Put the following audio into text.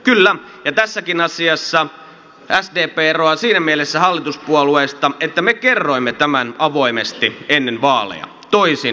kyllä ja tässäkin asiassa sdp eroaa siinä mielessä hallituspuolueista että me kerroimme tämän avoimesti ennen vaaleja toisin kuin hallitus